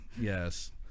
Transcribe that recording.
yes